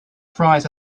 fries